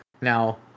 Now